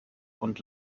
und